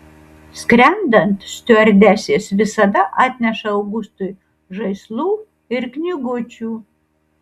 skrendant stiuardesės visada atneša augustui žaislų ir knygučių